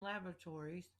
laboratories